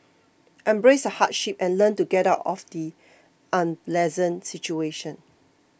embrace the hardship and learn to get out of the unpleasant situation